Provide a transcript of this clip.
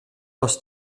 aus